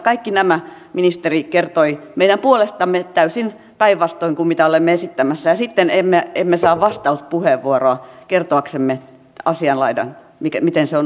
kaikki nämä ministeri kertoi meidän puolestamme täysin päinvastoin kuin mitä olemme esittämässä niin sitten emme saa vastauspuheenvuoroa kertoaksemme asianlaidan miten se on oikeasti